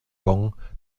gong